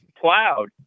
plowed